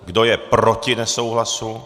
Kdo je proti nesouhlasu?